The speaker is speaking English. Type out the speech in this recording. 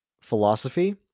philosophy